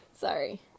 sorry